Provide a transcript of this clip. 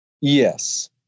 Yes